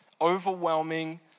overwhelming